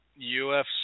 UFC